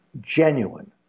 genuine